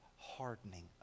hardening